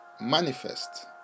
manifest